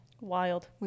wild